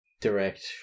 Direct